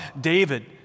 David